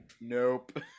nope